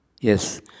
Yes